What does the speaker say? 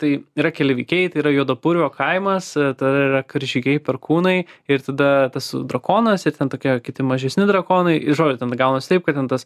tai yra keli veikėjai tai yra juodapurvio kaimas tada yra karžygiai perkūnai ir tada tas drakonas ir ten tokie kiti mažesni drakonai žodžiu ten gaunasi taip kad ten tas